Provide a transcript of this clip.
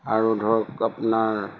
আৰু ধৰক আপোনাৰ